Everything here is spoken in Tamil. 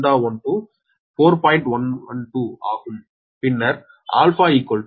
112 பின்னர் α 70